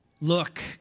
Look